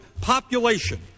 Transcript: population